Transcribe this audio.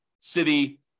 city